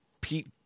Pete